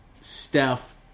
Steph